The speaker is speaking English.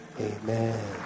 Amen